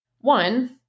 One